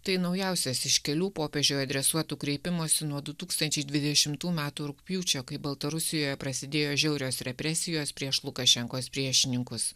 tai naujausias iš kelių popiežiui adresuotų kreipimųsi nuo du tūkstančiai dvidešimtų metų rugpjūčio kai baltarusijoje prasidėjo žiaurios represijos prieš lukašenkos priešininkus